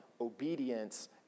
obedience